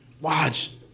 Watch